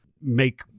make